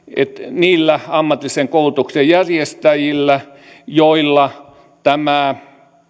niillä ammatillisen koulutuksen järjestäjillä joilla